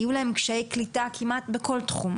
יהיו להם קשיי קליטה כמעט בכל תחום,